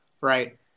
right